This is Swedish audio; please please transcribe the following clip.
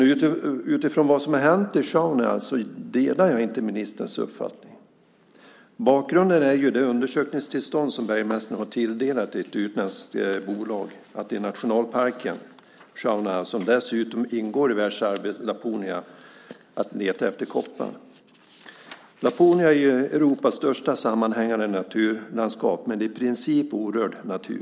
Utifrån vad som har hänt i Sjaunja delar jag inte ministerns uppfattning. Bakgrunden är det undersökningstillstånd som bergmästaren har tilldelat ett utländskt bolag att i nationalparken Sjaunja, som dessutom ingår i världsarvet Laponia, leta efter koppar. Laponia är Europas största sammanhängande naturlandskap med i princip orörd natur.